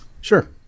Sure